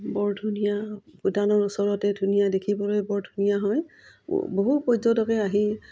বৰ ধুনীয়া ভূটানৰ ওচৰতে ধুনীয়া দেখিবলৈ বৰ ধুনীয়া হয় বহু পৰ্যটকে আহি